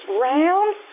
round